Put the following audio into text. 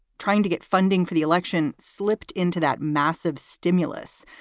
trying to get funding for the election slipped into that massive stimulus.